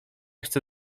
chcę